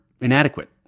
inadequate